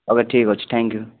okay ଠିକ୍ ଅଛି thank you